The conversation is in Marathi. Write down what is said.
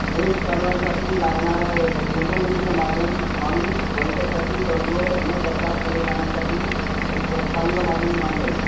देश चालवण्यासाठी लागणारं एक गुंतवणुकीचं माध्यम मानून भविष्यासाठी तडजोड न करता पुढे जाण्यासाठी एक चांगलं माध्यम मानता येईल